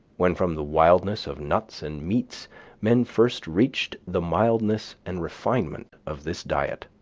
when from the wildness of nuts and meats men first reached the mildness and refinement of this diet,